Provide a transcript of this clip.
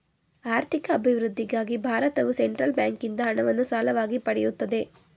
ಆರ್ಥಿಕ ಅಭಿವೃದ್ಧಿಗಾಗಿ ಭಾರತವು ಸೆಂಟ್ರಲ್ ಬ್ಯಾಂಕಿಂದ ಹಣವನ್ನು ಸಾಲವಾಗಿ ಪಡೆಯುತ್ತದೆ